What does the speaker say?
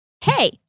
Hey